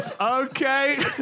Okay